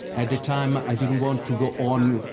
at the time, i didn't want to go on,